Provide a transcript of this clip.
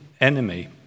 enemy